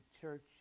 church